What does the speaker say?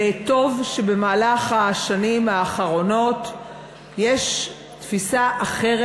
וטוב שבשנים האחרונות יש תפיסה אחרת,